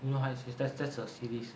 you know high seas that's that's a series